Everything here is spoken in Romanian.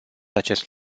acest